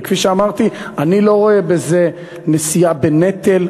וכפי שאמרתי, אני לא רואה בזה נשיאה בנטל.